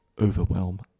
overwhelm